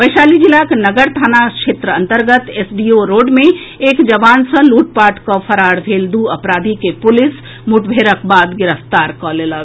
वैशाली जिलाक नगर थाना क्षेत्र अंतर्गत एसडीओ रोड मे एक जवान सॅ लूटपाट कऽ फरार भेल दू अपराधी के पुलिस मठभेड़क बाद गिरफ्तार कऽ लेलक